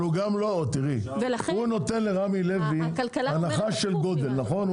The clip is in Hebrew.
הוא נותן לרמי לוי הנחה של גודל, נכון?